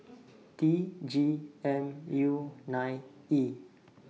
T G M U nine E